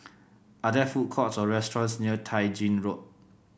are there food courts or restaurants near Tai Gin Road